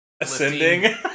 ascending